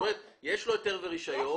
יש לו היתר או רישיון.